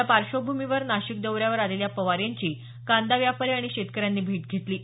त्या पार्श्वभूमीवर नाशिक दौऱ्यावर आलेल्या पवार यांची कांदा व्यापारी आणि शेतकऱ्यांनी भेट घेतली